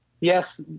Yes